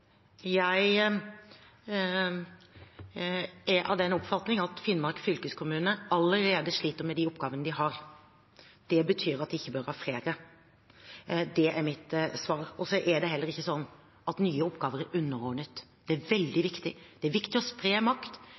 Jeg er av den oppfatning at Finnmark fylkeskommune allerede sliter med de oppgavene de har. Det betyr at de ikke bør ha flere. Det er mitt svar. Så er det heller ikke slik at nye oppgaver er underordnet. Det er veldig viktig. Det er viktig å spre makt,